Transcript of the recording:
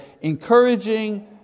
encouraging